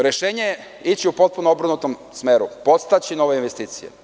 Rešenje je ići u potpuno obrnutom smeru, podstaći nove investicije.